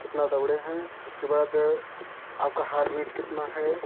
कितना दौड़े हैं उसके बाद आपकी हार्टबीट कितनी है